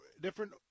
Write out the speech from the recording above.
different